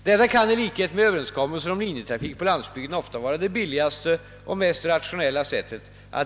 Detta kan i likhet med överenskommelser om linjetrafik på landsbygden ofta vara det billigaste och mest rationella sättet att